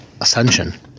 Ascension